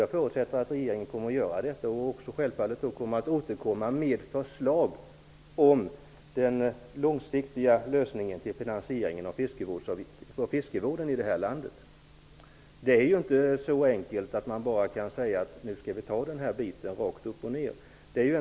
Jag förutsätter att regeringen kommer att göra detta och självfallet också återkomma med förslag om den långsiktiga finansieringen av fiskevården. Det är inte så enkelt att man bara kan säga att nu skall vi ta den här biten rakt upp och ned.